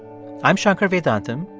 i'm shankar vedantam.